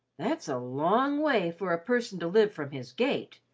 that's a long way for a person to live from his gate,